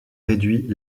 réduit